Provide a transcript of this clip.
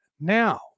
now